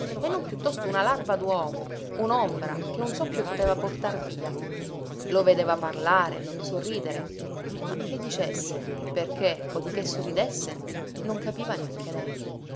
e non piuttosto una larva d'uomo un'ombra che un soffio poteva portar via lo vedeva parlare sorridere ma che dicesse perché o di che sorridesse non capiva neanche lei